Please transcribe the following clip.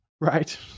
Right